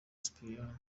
sipiriyani